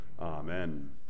Amen